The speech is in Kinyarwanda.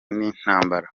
n’intambara